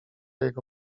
jego